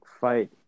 fight